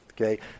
okay